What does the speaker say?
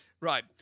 Right